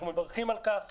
אנחנו מברכים על כך